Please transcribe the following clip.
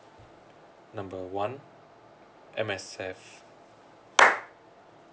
number one M_S_F